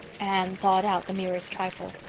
anne thawed out the merest trifle.